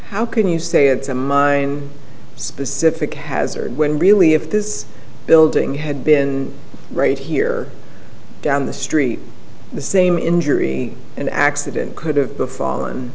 how can you say it's a mine specific hazard when really if this building had been right here down the street the same injury an accident could have befall